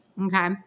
Okay